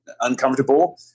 uncomfortable